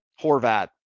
Horvat